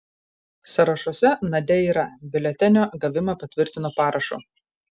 sąrašuose nadia yra biuletenio gavimą patvirtino parašu